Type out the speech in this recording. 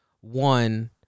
one